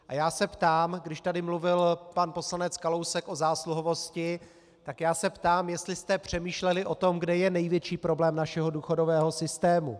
A já se ptám, když tady mluvil pan poslanec Kalousek o zásluhovosti, tak já se ptám, jestli jste přemýšleli o tom, kde je největší problém našeho důchodového systému.